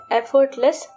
effortless